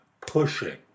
pushing